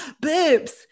boobs